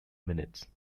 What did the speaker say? minutes